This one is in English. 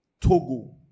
togo